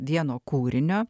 vieno kūrinio